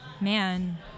Man